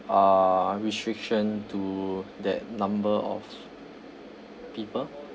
uh restriction to that number of people